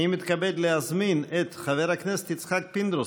אני מתכבד להזמין את חבר הכנסת יצחק פינדרוס.